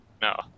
No